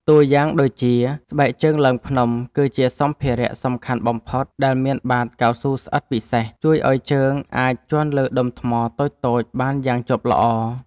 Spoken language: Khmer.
តួយ៉ាងដូចជា ស្បែកជើងឡើងភ្នំ គឺជាសម្ភារៈសំខាន់បំផុតដែលមានបាតកៅស៊ូស្អិតពិសេស ជួយឱ្យជើងអាចជាន់លើដុំថ្មតូចៗបានយ៉ាងជាប់ល្អ។